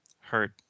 hurt